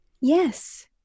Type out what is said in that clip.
Yes